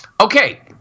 Okay